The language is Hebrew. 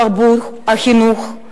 תרבות וחינוך,